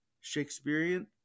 Shakespearean